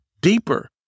deeper